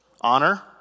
Honor